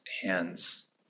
hands